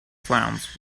clowns